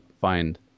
find